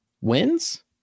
wins